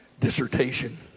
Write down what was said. dissertation